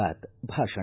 ಬಾತ್ ಭಾಷಣ